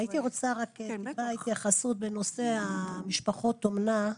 הייתי רוצה התייחסות בנושא משפחות אומנה.